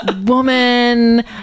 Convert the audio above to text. woman